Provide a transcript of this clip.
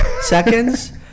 seconds